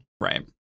Right